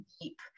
deep